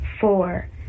four